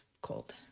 cold